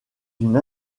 une